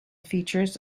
features